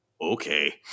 Okay